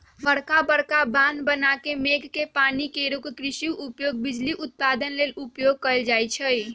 बरका बरका बांह बना के मेघ के पानी के रोक कृषि उपयोग, बिजली उत्पादन लेल उपयोग कएल जाइ छइ